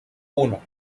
uno